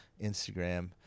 instagram